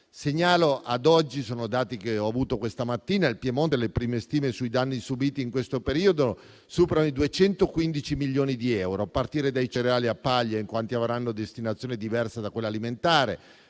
Segnalo ad oggi - sono dati che ho avuto questa mattina - che in Piemonte le prime stime sui danni subìti in questo periodo superano i 215 milioni di euro, a partire dai cereali a paglia, in quanto avranno destinazione diversa da quella alimentare.